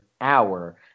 hour